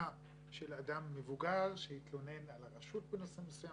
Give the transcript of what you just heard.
של אדם מבוגר שהתלונן על הרשות בנושא מסוים,